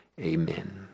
Amen